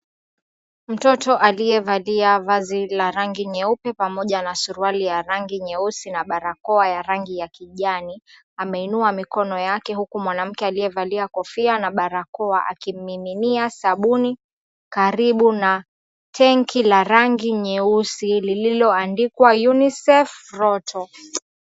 Mtoto aliyevalia vazi la rangi nyeupe pamoja na suruali ya rangi nyeusi na barakoa ya rangi ya kijani ameinua mikono yake, huku mwanamke aliyevalia kofia na barakoa akimmiminia sabuni, karibu na tenki la rangi nyeusi, lililoandikwa UNICEF ROTO.